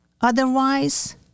Otherwise